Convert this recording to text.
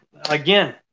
again